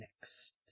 next